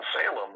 Salem